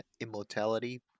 immortality